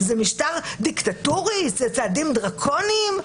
זה משטר דיקטטורי, אלה צעדים דרקוניים?